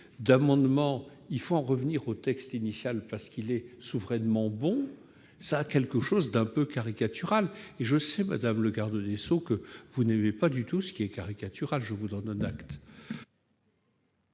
d'amendements tendant à revenir au texte initial, qui serait souverainement bon, a quelque chose d'un peu caricatural, et, je le sais, madame le garde des sceaux, vous n'aimez pas du tout ce qui est caricatural, je vous donne acte